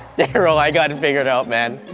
darryl i got it figured out man!